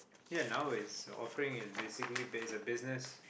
ya now it's offering basically there's a business